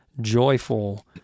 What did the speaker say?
joyful